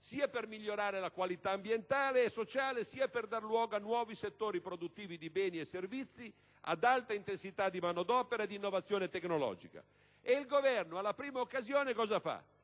sia per migliorare la qualità ambientale e sociale, sia per dar luogo a nuovi settori produttivi di beni e servizi, ad alta intensità di manodopera e di innovazione tecnologica. E il Governo, alla prima occasione, che fa?